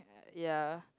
ya